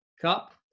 cup